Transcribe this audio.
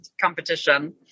competition